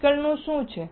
મેડિકલનું શું